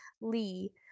Lee